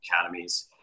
academies